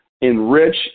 enrich